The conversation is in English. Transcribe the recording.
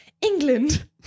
England